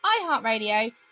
iHeartRadio